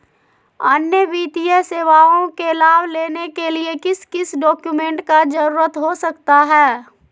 अन्य वित्तीय सेवाओं के लाभ लेने के लिए किस किस डॉक्यूमेंट का जरूरत हो सकता है?